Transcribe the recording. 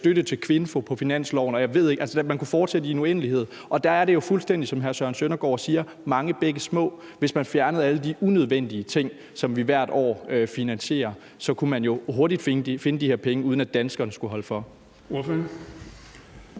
støtte til KVINFO på finansloven, og jeg kunne fortsætte i en uendelighed. Der er det jo, fuldstændig som hr. Søren Søndergaard siger, mange bække små osv. Hvis man fjernede alle de unødvendige ting, som vi hvert år finansierer, så kunne man jo hurtigt finde de her penge, uden at danskerne skulle holde for.